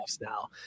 now